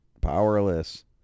powerless